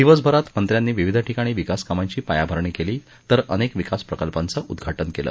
दिवसभरात मंत्र्यांनी विविध ठिकाणी विकासकामांची पायाभरणी केली तर अनेक विकास प्रकल्पांच उद्घाटन केलं